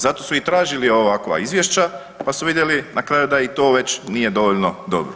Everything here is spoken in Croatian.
Zato su i tražili ovakva izvješća pa su vidjeli na kraju da i to već nije dovoljno dobro.